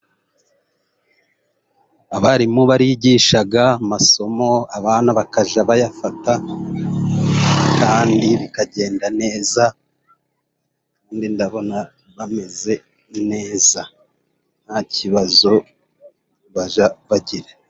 Abarimu barigisha amasomo, abana bakajya bayafata kandi bikagenda neza. Kandi ndabona bameze neza nta kibazo bajya bagira.